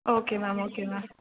okay ma'am okay ma'am